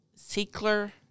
Seekler